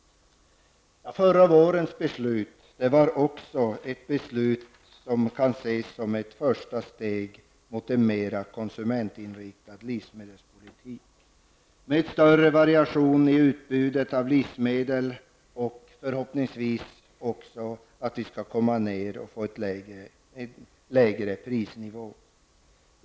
Förra vårens beslut kan också ses som ett första steg mot en mera konsumentinriktad livsmedelspolitik, med större variation i utbudet av livsmedel och förhoppningsvis också möjlighet att komma ner till en lägre prisnivå.